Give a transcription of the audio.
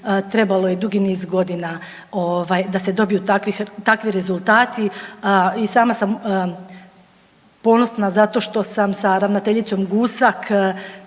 trebalo je dugi niz godina ovaj da se dobiju takvi rezultati i sama sam ponosna zato što sam sa ravnateljicom Gusak